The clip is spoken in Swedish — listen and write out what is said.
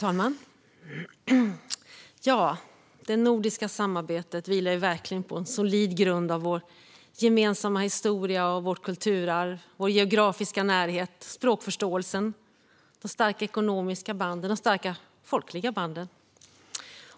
Fru talman! Det nordiska samarbetet vilar verkligen på en solid grund av vår gemensamma historia, vårt kulturarv, vår geografiska närhet, språkförståelsen, de starka ekonomiska banden och de starka folkliga banden.